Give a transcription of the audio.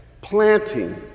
planting